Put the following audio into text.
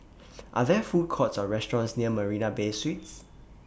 Are There Food Courts Or restaurants near Marina Bay Suites